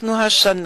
בשנה